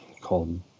called